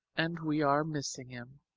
and we are missing him!